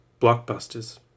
blockbusters